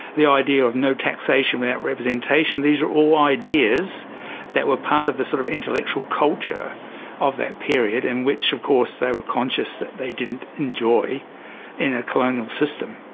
the idea of no taxation without representation, these are all ideas that were part of the sort of intellectual culture of that period in which of course they were conscious that they didn't enjoy in a colonial system.